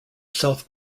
south